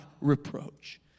reproach